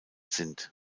sind